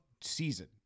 season